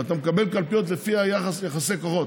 ואתה מקבל קלפיות לפי יחסי כוחות.